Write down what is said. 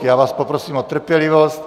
Já vás poprosím o trpělivost.